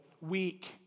weak